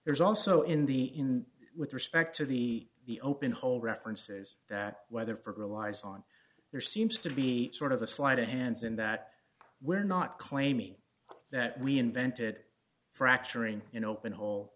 there's also in the in with respect to the the open hole references that weatherford relies on there seems to be sort of a slight ends in that we're not claiming that we invented fracturing in open hole